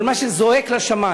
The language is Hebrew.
אבל מה שזועק לשמים